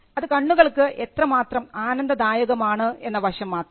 അത് കണ്ണുകൾക്ക് എത്രമാത്രം ആനന്ദദായകമാണ് എന്ന വശം മാത്രം